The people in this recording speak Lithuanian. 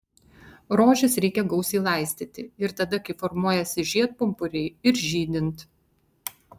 rožes reikia gausiai laistyti ir tada kai formuojasi žiedpumpuriai ir žydint